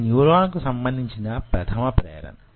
ఇది న్యురాన్ కు సంబంధించిన ప్రథమ ప్రేరణ